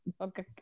Okay